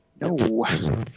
No